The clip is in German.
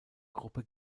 gruppe